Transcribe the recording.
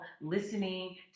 listening